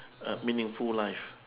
a meaningful life